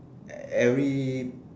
every